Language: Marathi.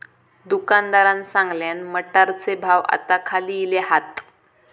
दुकानदारान सांगल्यान, मटारचे भाव आता खाली इले हात